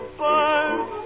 birds